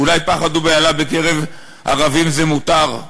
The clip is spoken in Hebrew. אולי פחד ובהלה בקרב ערבים זה מותר,